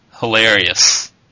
Hilarious